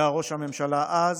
שהיה ראש הממשלה אז,